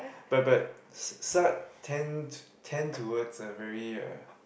but but Saat tend tend towards a very uh